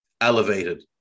elevated